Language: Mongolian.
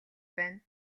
байна